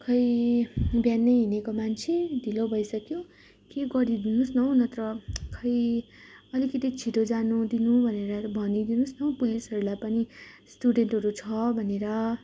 खै बिहानै हिँडेको मान्छे ढिलो भइसक्यो केही गरिदिनु होस् न हौ नत्र खै अलिकति छिटो जानु दिनु भनेर भनिदिनु होस् न हौ पुलिसहरूलाई पनि स्टुडेन्टहरू छ भनेर